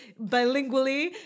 bilingually